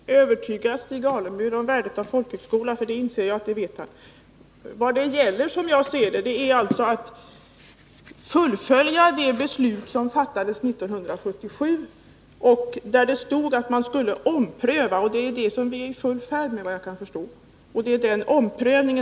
Fru talman! Jag har inte försökt övertyga Stig Alemyr om värdet av folkhögskolor. Jag inser att han vet vilket värde dessa har. Som jag ser det gäller det nu att fullfölja det beslut som fattades 1977, i vilket det stod att en omprövning skulle ske. Vi är nu, såvitt jag kan förstå, i full färd med att göra en sådan omprövning.